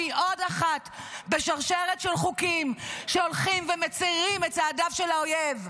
והיא עוד אחד משרשרת של חוקים שהולכים ומצירים את צעדיו של האויב.